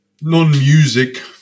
non-music